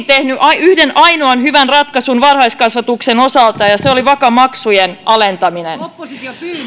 tehnyt yhden ainoan hyvän ratkaisun varhaiskasvatuksen osalta ja se oli vaka maksujen alentaminen